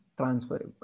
transferable